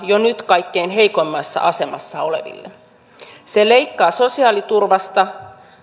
jo nyt kaikkein heikoimmassa asemassa olevien epävarmuutta se leikkaa sosiaaliturvasta